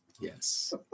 Yes